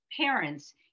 parents